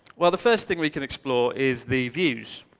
well, the first thing we can explore is the views.